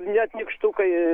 net nykštukai